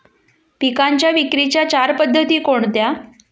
पिकांच्या विक्रीच्या चार पद्धती कोणत्या?